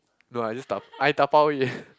no I just dab~ I dabao it